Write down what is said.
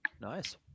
nice